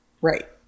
Right